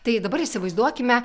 tai dabar įsivaizduokime